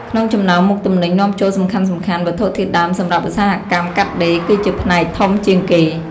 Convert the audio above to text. ក្នុងចំណោមមុខទំនិញនាំចូលសំខាន់ៗ វត្ថុធាតុដើមសម្រាប់ឧស្សាហកម្មកាត់ដេរ គឺជាផ្នែកធំជាងគេ។